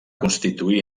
constituir